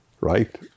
Right